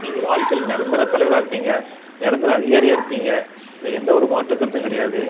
நீங்கள் வாழ்க்கைல நிரந்தர தலைவராக இருப்பீங்க நிரந்தர அதிகாரியாக இருப்பீங்க இதில் எந்த ஒரு மாற்று கருத்தும் கிடையாது